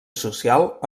social